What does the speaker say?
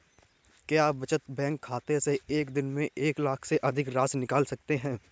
क्या बचत बैंक खाते से एक दिन में एक लाख से अधिक की राशि निकाल सकते हैं?